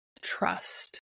trust